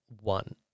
one